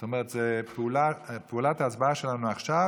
זאת אומרת שפעולת ההצבעה שלנו עכשיו